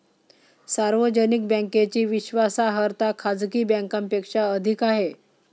सार्वजनिक बँकेची विश्वासार्हता खाजगी बँकांपेक्षा अधिक आहे